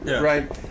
right